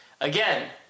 again